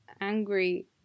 angry